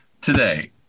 today